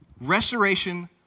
restoration